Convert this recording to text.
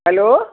hello